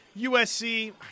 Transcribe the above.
USC